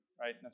Right